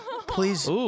Please